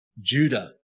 Judah